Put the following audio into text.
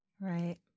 Right